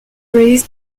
raised